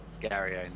Gary